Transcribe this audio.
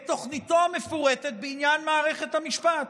תוכניתו המפורטת בעניין מערכת המשפט,